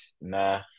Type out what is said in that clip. nah